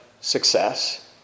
success